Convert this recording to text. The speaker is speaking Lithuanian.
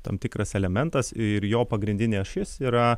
tam tikras elementas ir jo pagrindinė ašis yra